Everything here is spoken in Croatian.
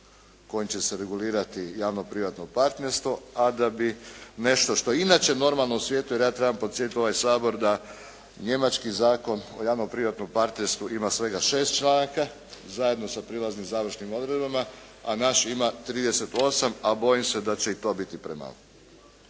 kojim će se regulirati javno-privatno partnerstvo a da bi nešto što je inače normalno u svijetu jer ja trebam podsjetiti ovaj Sabor da njemački Zakon o javno-privatnom partnerstvu ima svega 6 članaka zajedno sa prijelaznim i završnim odredbama a naš ima 38, a bojim se da će i to biti premalo.